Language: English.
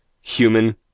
human